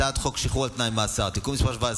הצעת חוק שחרור על תנאי ממאסר (תיקון מס' 17,